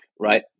right